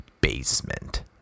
Basement